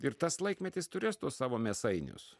ir tas laikmetis turės tuos savo mėsainius